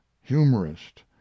humorist